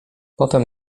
potem